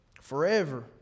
Forever